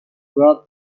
growth